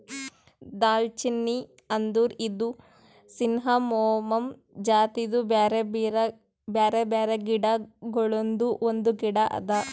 ದಾಲ್ಚಿನ್ನಿ ಅಂದುರ್ ಇದು ಸಿನ್ನಮೋಮಮ್ ಜಾತಿದು ಬ್ಯಾರೆ ಬ್ಯಾರೆ ಗಿಡ ಗೊಳ್ದಾಂದು ಒಂದು ಗಿಡ ಅದಾ